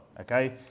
okay